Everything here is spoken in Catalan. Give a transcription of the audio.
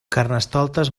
carnestoltes